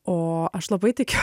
o aš labai tikiu